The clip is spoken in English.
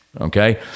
Okay